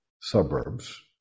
suburbs